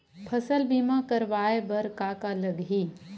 फसल बीमा करवाय बर का का लगही?